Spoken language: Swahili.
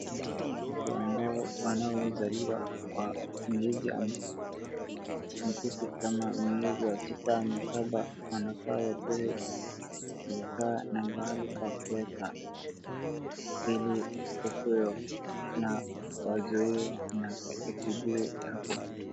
Watato ambao wanaozaliwa kwa miezi mifupi kama miezi sita ama saba wanafaa wapewe vifaa na mahali pa kuekwa ile wakuwe, wazoee na kutibiwa hapo.